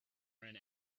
ran